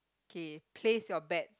okay place your bet